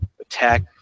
attack